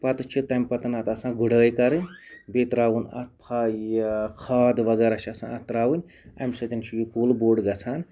پَتہٕ چھُ تمہِ پَتہٕ اَتھ آسان گُڑٲے کَرٕنۍ بییٚہِ تراوُن اَتھ کھاد وغیرہ چھِ آسان اَتھ تراوٕنۍ امہ سۭتۍ چھُ یہِ کُل بۄڑ گَژھان